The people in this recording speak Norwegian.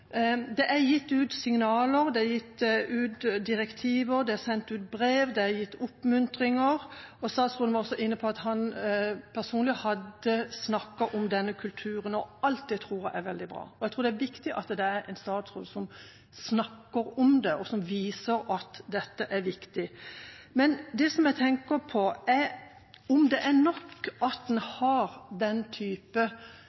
Det er gitt signaler, det er gitt direktiver, det er sendt ut brev, det er gitt oppmuntringer, og statsråden var også inne på at han personlig hadde snakket om denne kulturen – alt det tror jeg er veldig bra. Jeg tror det er viktig at det er en statsråd som snakker om det, og som viser at dette er viktig. Men det jeg tenker på, er om det er nok at en